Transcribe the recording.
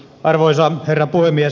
arvoisa herra puhemies